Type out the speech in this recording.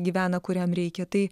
gyvena kuriam reikia tai